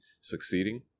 succeeding